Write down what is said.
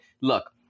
look